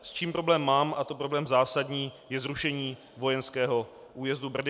S čím problém mám, a to problém zásadní, je zrušení vojenského újezdu Brdy.